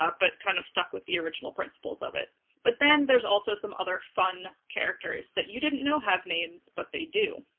ah but kind of stuck with the original principles of it. sarah but then there's also some other fun characters that you didn't know have names, but they do.